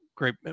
Great